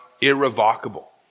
irrevocable